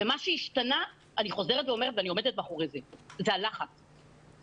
מה שהשתנה אני חוזרת ואומרת ואני עומדת מאחורי זה זה הלחץ שהופעל,